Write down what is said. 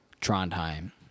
Trondheim